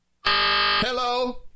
Hello